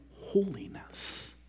holiness